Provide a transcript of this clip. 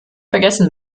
vergessen